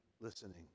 listening